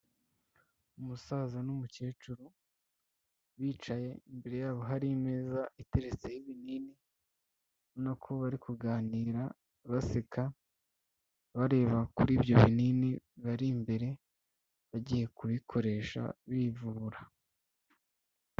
Umusaza n'umukecuru bicaye imbere yabo harimeza iteretseho ibinini, ubonako bari kuganira baseka bareba kuri ibyo binini bibari imbere bagiye kubikoresha bivubura.